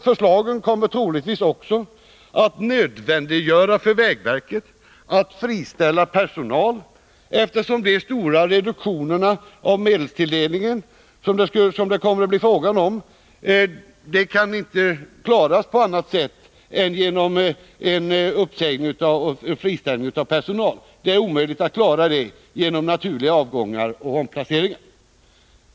Förslagen kommer troligtvis också att nödvändiggöra för vägverket att friställa personal, eftersom de stora reduktioner av medelstilldelningen som det kommer att bli fråga om inte kan klaras på annat sätt än genom friställning av personal. Det är omöjligt att klara detta genom naturliga avgångar och omplaceringar.